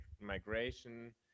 migration